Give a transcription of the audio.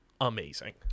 amazing